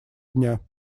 дня